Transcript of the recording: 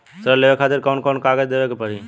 ऋण लेवे के खातिर कौन कोन कागज देवे के पढ़ही?